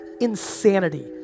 insanity